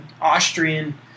Austrian